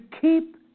keep